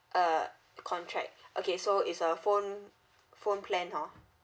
uh contract okay so is a phone phone plan hor